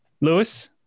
Lewis